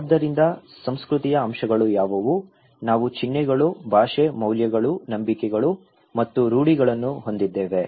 ಆದ್ದರಿಂದ ಸಂಸ್ಕೃತಿಯ ಅಂಶಗಳು ಯಾವುವು ನಾವು ಚಿಹ್ನೆಗಳು ಭಾಷೆ ಮೌಲ್ಯಗಳು ನಂಬಿಕೆಗಳು ಮತ್ತು ರೂಢಿಗಳನ್ನು ಹೊಂದಿದ್ದೇವೆ